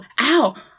ow